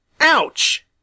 Ouch